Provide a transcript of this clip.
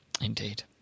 Indeed